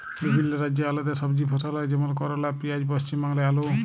বিভিল্য রাজ্যে আলেদা সবজি ফসল হ্যয় যেমল করলা, পিয়াঁজ, পশ্চিম বাংলায় আলু